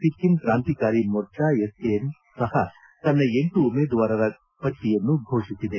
Sikkim Krantikari Morcha SKM ಸಹ ತನ್ನ ಎಂಟು ಉಮೇದುವಾರರ ಪಟ್ಲಯನ್ನು ಘೋಷಿಸಿದೆ